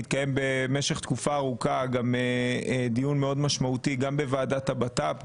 התקיים במשך תקופה ארוכה דיון מאוד משמעותי גם בוועדת הבט"פ,